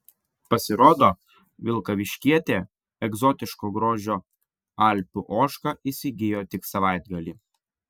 pasirodo vilkaviškietė egzotiško grožio alpių ožką įsigijo tik savaitgalį